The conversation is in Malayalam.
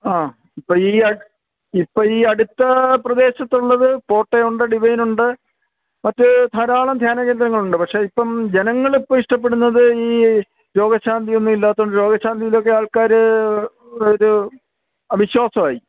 ആ ഇപ്പം ഈ അ ഇപ്പം ഈ അടുത്ത പ്രദേശത്തുള്ളത് പോട്ട ഉണ്ട് ഡിവൈൻ ഉണ്ട് മറ്റ് ധാരാളം ധ്യാനകേന്ദ്രങ്ങളുണ്ട് പക്ഷേ ഇപ്പം ജനങ്ങളിപ്പം ഇഷ്ടപ്പെടുന്നത് ഈ രോഗശാന്തി ഒന്നും ഇല്ലാത്ത രോഗശാന്തിയിലൊക്കെ ആൾക്കാർ ഒരു അവിശ്വാസായി